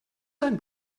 sein